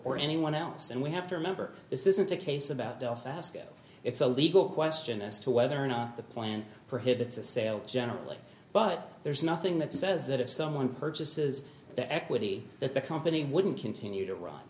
or anyone else and we have to remember this isn't a case about belfast it's a legal question as to whether or not the plan prohibits a sale generally but there's nothing that says that if someone purchases the equity that the company wouldn't continue to run